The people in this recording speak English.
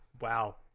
Wow